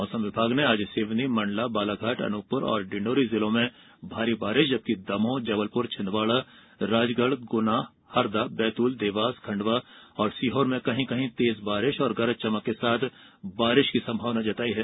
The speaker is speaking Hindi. मौसम विभाग ने आज सिवनी मंडला बालाघाट अनूपपुर और डिंडोरी जिलों में भारी बारिश जबकि दमोह जबलपुर छिंदवाड़ा राजगढ़ गुना हरदा बैतुल देवास खंडवा और सीहोर में कहीं कहीं तेज बारिश और गरज चमक के साथ बारिश की संभावना जताई है